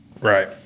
Right